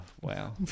wow